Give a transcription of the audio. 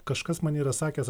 kažkas man yra sakęs